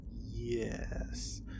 Yes